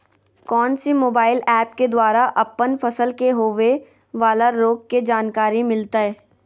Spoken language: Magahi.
कौन सी मोबाइल ऐप के द्वारा अपन फसल के होबे बाला रोग के जानकारी मिलताय?